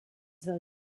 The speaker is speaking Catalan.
del